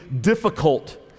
difficult